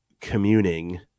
communing